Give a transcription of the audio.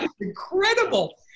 incredible